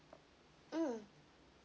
mm